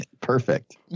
perfect